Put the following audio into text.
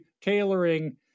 tailoring